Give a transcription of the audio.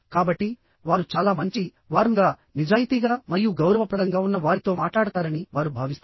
కాబట్టి వారు చాలా మంచి వార్మ్ గా నిజాయితీగా మరియు గౌరవప్రదంగా ఉన్న వారితో మాట్లాడతారని వారు భావిస్తారు